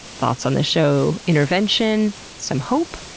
thoughts on the show, intervention, some hope,